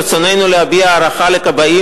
ברצוננו להביע הערכה לכבאים,